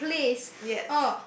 oh place